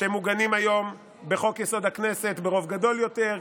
שמוגנים היום בחוק-יסוד: הכנסת ברוב גדול יותר,